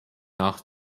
nach